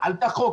על פי החוק,